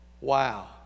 wow